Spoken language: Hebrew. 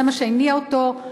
זה מה שהניע אותו.